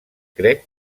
crec